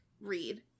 read